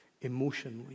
emotionally